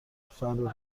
فرد